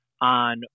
on